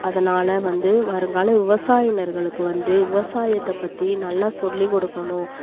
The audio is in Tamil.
அதனால் வந்து வருங்கால விவசாயினர்களுக்கு வந்து விவசாயத்தை பற்றி நல்லா சொல்லி கொடுக்கணும்